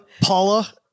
Paula